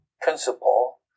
principle